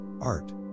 art